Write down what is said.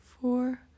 four